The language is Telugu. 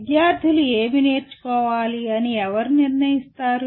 విద్యార్థులు ఏమి నేర్చుకోవాలి అని ఎవరు నిర్ణయిస్తారు